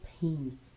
pain